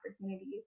opportunities